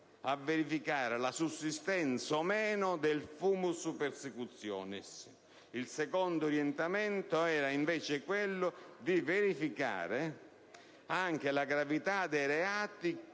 a verificare la sussistenza o meno del *fumus persecutionis*. Il secondo orientamento era invece quello di verificare anche la gravità dei reati